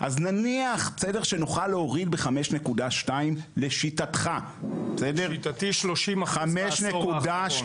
אז נניח שנוכל להוריד ב-5.2 לשיטתך --- לשיטתי 30% מהעשור האחרון.